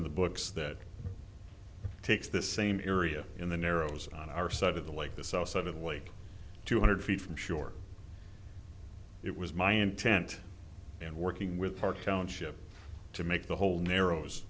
on the books that takes this same area in the narrows on our side of the lake the south side of the lake two hundred feet from shore it was my intent in working with park township to make the whole narrows